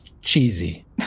Cheesy